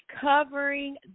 covering